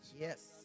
Yes